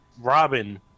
Robin